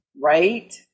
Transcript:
Right